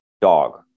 dog